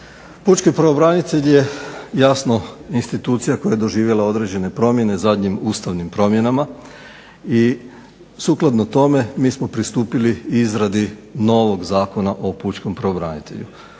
Pučki pravobranitelj je institucija koja je doživjela određene promjene zadnjim ustavnim promjenama i sukladno tome mi smo pristupili izradi novog Zakona o pučkom pravobranitelju.